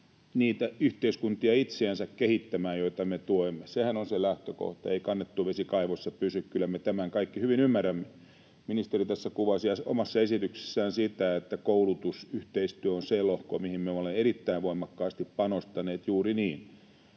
niitä yhteiskuntia itseänsä kehittämään, joita me tuemme. Sehän on se lähtökohta. Ei kannettu vesi kaivossa pysy. Kyllä me tämän kaikki hyvin ymmärrämme. Ministeri tässä kuvasi omassa esityksessään sitä, että koulutusyhteistyö on se lohko, mihin me olemme erittäin voimakkaasti panostaneet — juuri niin.